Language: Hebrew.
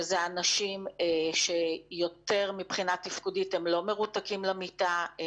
שהם אנשים שמבחינת תפקודית לא מרותקים למיטה,